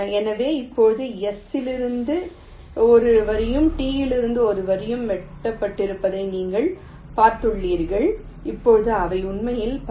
எனவே இப்போது S இலிருந்து ஒரு வரியும் T இலிருந்து ஒரு வரியும் வெட்டப்பட்டிருப்பதை நீங்கள் பார்த்துள்ளீர்கள் இப்போது அவை உண்மையில் பல